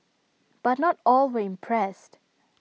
but not all were impressed